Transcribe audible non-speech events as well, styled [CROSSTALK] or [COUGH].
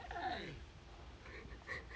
[LAUGHS]